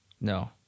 No